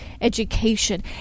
education